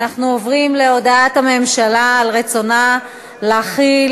אנחנו עוברים להודעת הממשלה על רצונה להחיל